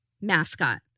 mascot